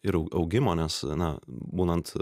ir augimo nes na būnant